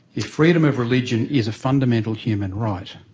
if freedom of religion is a fundamental human right,